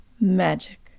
Magic